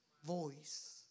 Voice